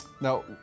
Now